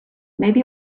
maybe